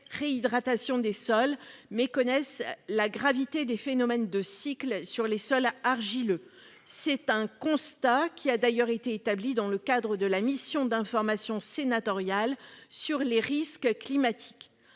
réhydratation des sols méconnaissent la gravité des phénomènes de cycles sur les sols argileux. Ce constat a d'ailleurs été établi par la mission d'information sénatoriale sur les risques climatiques.